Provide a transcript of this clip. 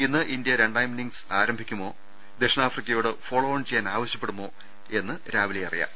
ഇന്ന് ഇന്ത്യ രണ്ടാംഇന്നിംഗ്സ് ആരംഭിക്കുമോ ദക്ഷി ണാഫ്രിക്കയോട് ഫോളോഓൺ ചെയ്യാൻ ആവശ്യപ്പെടുമോ എന്ന് രാവിലെ അറിയാം